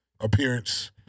appearance